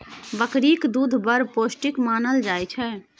बकरीक दुध बड़ पौष्टिक मानल जाइ छै